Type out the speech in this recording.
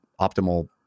optimal